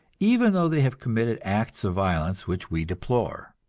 even though they have committed acts of violence which we deplore.